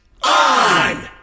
On